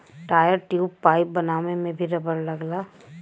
tyre, tube, pipe बनावे में भी रबड़ लगला